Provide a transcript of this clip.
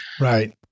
right